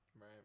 Right